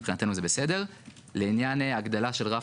יש לבחון את זה לאור הנקודה הזאת.